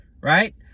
right